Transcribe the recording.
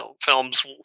films